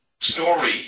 story